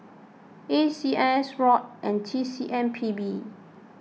A C S Rod and T C M P B